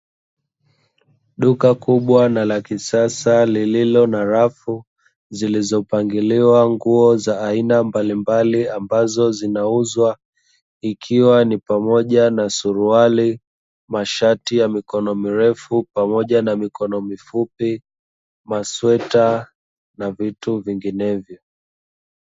Duka kubwa na la kisasa lililo na rafu zilizopangiliwa nguo za aina mbalimbali ambazo zinauzwa ikiwa ni pamoja na suruali, mashati ya mikono mirefu pamoja na mikono mifupi, masweta na vitu vinginevyo.